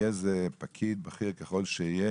יהיה זה פקיד בכיר ככל שיהיה,